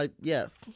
Yes